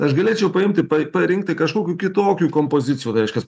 aš galėčiau paimti pa parinkti kažkokių kitokių kompozicijų reiškias